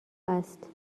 است